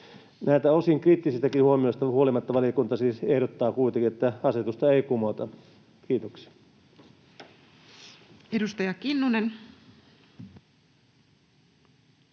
Näistä osin kriittisistäkin huomioista huolimatta valiokunta siis ehdottaa kuitenkin, että asetusta ei kumota. — Kiitoksia. Edustaja Kinnunen.